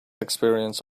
experience